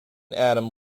atom